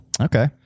Okay